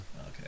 Okay